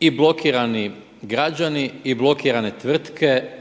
i blokirani građani i blokirane tvrtke